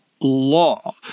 law